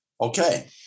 Okay